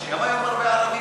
יש היום הרבה ערבים,